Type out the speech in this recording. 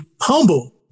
humble